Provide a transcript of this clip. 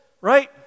Right